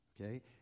Okay